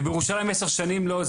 ובירושלים עשר שנים לא,